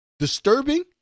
Disturbing